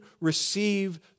receive